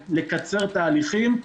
את לקצר את התהליכים.